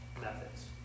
methods